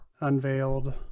unveiled